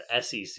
SEC